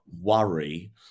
worry